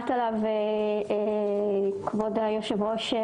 כבוד היושבת-ראש.